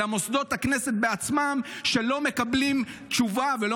אלא מוסדות הכנסת בעצמם שלא מקבלים תשובה ולא